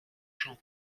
się